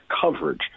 coverage